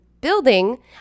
building